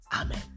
amen